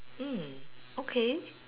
mm okay